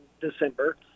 December